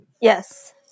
Yes